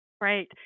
right